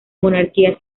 monarquía